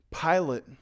Pilate